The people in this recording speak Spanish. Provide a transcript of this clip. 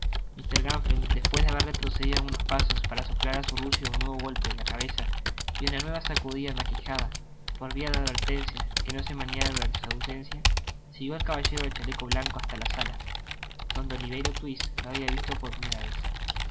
mr gamfield despues de haber retrocedido algunos pasos para soplar á su rucio un nuevo golpe en la cabeza y una nueva sacudida en la quijada par via de advertencia de que no se meneara durante su ausencia siguió al caballero del chaleco blanco hasta la sala donde oliverio twist lo habia visto por primera vez